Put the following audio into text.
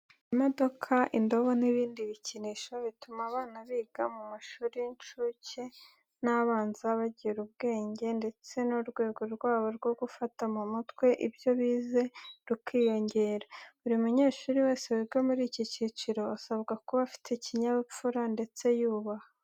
Imodoka, indobo n'ibindi bikinisho bituma abana biga mu mashuri y'incuke n'abanza bagira ubwenge ndetse n'urwego rwabo rwo gufata mu mutwe ibyo bize rukiyongera. Buri munyeshuri wese wiga muri iki cyiciro, asabwa kuba afite ikinyabupfura ndetse yubaha.